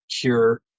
cure